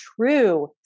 true